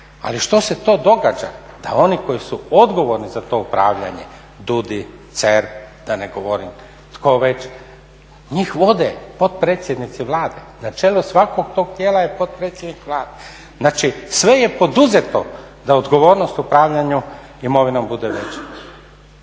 Ali što se to događa da oni koji su odgovorni za to upravljanje DUDI, CERP, da ne govorim tko već njih vode potpredsjednici Vlade. Na čelu svakog tog tijela je potpredsjednik Vlade. Znači, sve je poduzeto da odgovornost upravljanja imovinom bude veće.